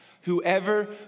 Whoever